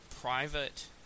private